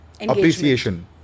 appreciation